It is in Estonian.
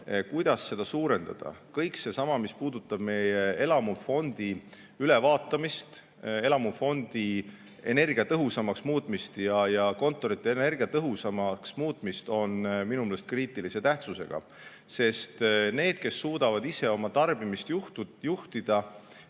kuidas [kokkuhoidu] suurendada. Kõik see, mis puudutab meie elamufondi energiatõhusamaks muutmist ja kontorite energiatõhusamaks muutmist, on minu meelest kriitilise tähtsusega, sest need, kes suudavad ise oma tarbimist juhtida,